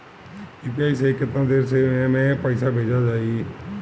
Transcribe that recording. UPI से केतना देर मे पईसा भेजा जाई?